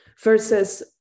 versus